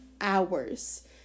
hours